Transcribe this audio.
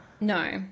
No